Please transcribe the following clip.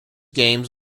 games